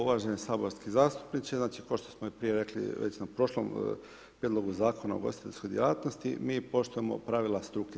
Uvaženi saborski zastupniče, znači kao što smo i prije rekli već na prošlom Prijedlogu Zakona o ugostiteljskoj djelatnosti, mi poštujemo pravila struke.